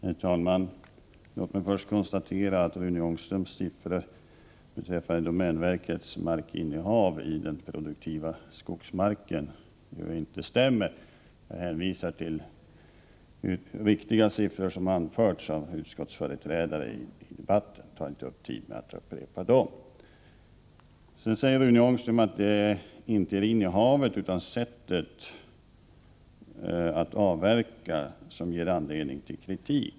Herr talman! Låt mig först konstatera att Rune Ångströms siffror beträffande domänverkets markinnehav av produktiv skogsmark inte stämmer. Jag hänvisar till de riktiga siffror som anförts av utskottets företrädare i debatten och tar inte upp tiden med att upprepa dem. Sedan säger Rune Ångström att det inte är innehavet utan sättet att avverka som ger anledning till kritik.